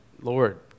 Lord